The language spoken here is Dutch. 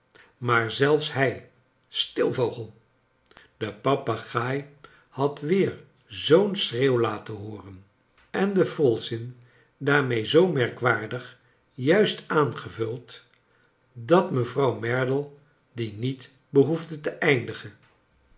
maar zelfs hij stil vogel de papegaai had weer zoo'n schreeuw la ten hooren en den volzin daarmee zoo merkwaardig juist aangevuld dat mevronw merdle dien niet behoefde te eindigen